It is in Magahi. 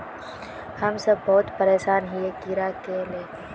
हम सब बहुत परेशान हिये कीड़ा के ले के?